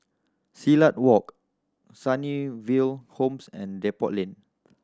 Silat Walk Sunnyville Homes and Depot Lane